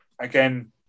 again